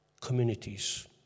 communities